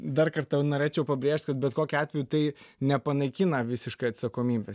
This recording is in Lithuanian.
dar kartą norėčiau pabrėžt kad bet kokiu atveju tai nepanaikina visiškai atsakomybės